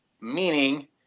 Meaning